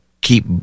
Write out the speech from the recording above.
keep